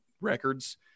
records